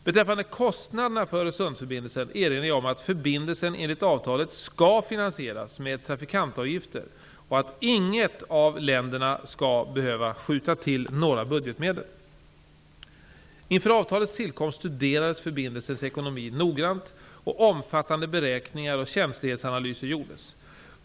Beträffande kostnaderna för Öresundsförbindelsen erinrar jag om att förbindelsen enligt avtalet skall finansieras med trafikantavgifter och att inget av länderna skall behöva skjuta till några budgetmedel. Inför avtalets tillkomst studerades förbindelsens ekonomi noggrant, och omfattande beräkningar och känslighetsanalyser gjordes.